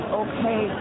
okay